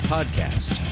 Podcast